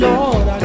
Lord